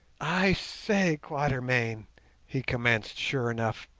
i say, quatermain he commenced sure enough,